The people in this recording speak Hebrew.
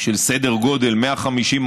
בסדר גודל של 150,